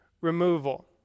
removal